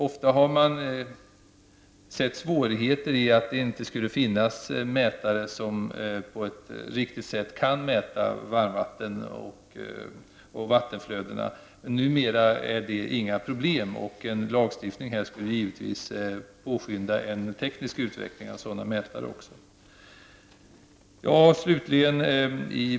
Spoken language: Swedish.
Ofta har man sett en svårighet i att det inte skulle finnas mätare som på ett riktigt sätt kan mäta varmvatten och vattenflöden. Numera är det inget problem, och en lagstiftning skulle givetvis också påskynda en teknisk utveckling av sådana mätare.